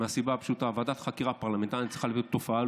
מהסיבה פשוטה: ועדת חקירה פרלמנטרית צריכה להיות על תופעה,